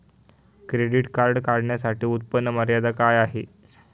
Credit card काढण्यासाठी उत्पन्न मर्यादा काय आहे?